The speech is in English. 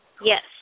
Yes